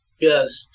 yes